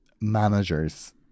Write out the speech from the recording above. managers